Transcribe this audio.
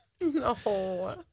No